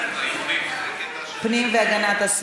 39 בעד, אין מתנגדים, אין נמנעים.